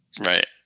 Right